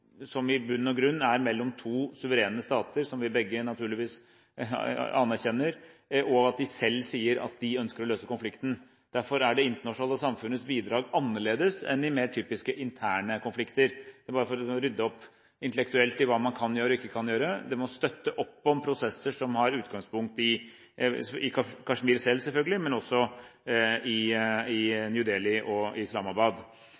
som i bunn og grunn er mellom to suverene stater vi naturligvis anerkjenner, og at de selv sier at de ønsker å løse konflikten. Derfor er det internasjonale samfunnets bidrag annerledes enn i mer typiske interne konflikter – bare for å rydde opp intellektuelt i hva man kan gjøre og ikke kan gjøre. Det må støtte opp om prosesser som har utgangspunkt i ikke bare Kashmir selv, men også i New Delhi og Islamabad.